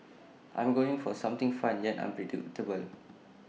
I'm going for something fun yet unpredictable